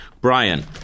Brian